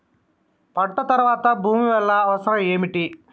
పంట తర్వాత భూమి వల్ల అవసరం ఏమిటి?